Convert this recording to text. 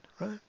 right